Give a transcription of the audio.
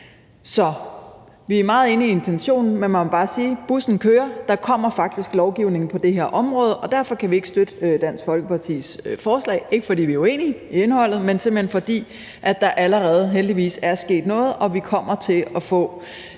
Så vi er meget enige i intentionen, men man må bare sige, at bussen kører; der kommer faktisk lovgivning på det her område. Og derfor kan vi ikke støtte Dansk Folkepartis forslag, ikke fordi vi er uenige i indholdet, men simpelt hen fordi der heldigvis allerede er sket noget, og vi kommer til at få